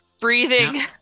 breathing